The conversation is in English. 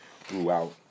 throughout